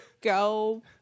go